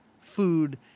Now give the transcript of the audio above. food